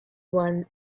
one